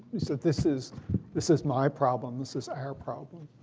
you said this is this is my problem. this is our problem.